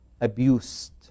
abused